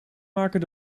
maken